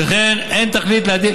שכן אין תכלית להעדיף,